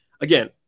Again